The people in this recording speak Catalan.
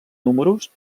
números